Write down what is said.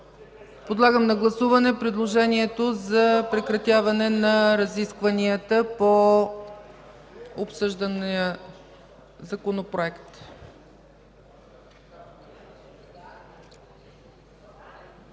Подлагам на гласуване предложението за прекратяване на разискванията по обсъждания законопроект.